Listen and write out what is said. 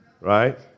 Right